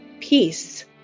peace